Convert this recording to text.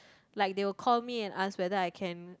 like they will call me and ask whether I can